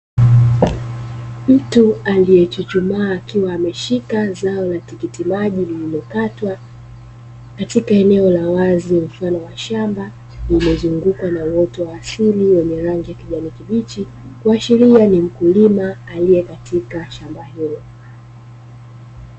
Mtu aliyechuchumaa akiwa ameshika zao la tikiti maji lililokatwa katika eneo la wazi mfano wa shamba, lililo zungukwa na uoto wa asili wenye rangi ya kijani kibichi kuashiria ni mkulima aliye katika shamba hilo.